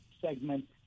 segment